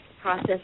process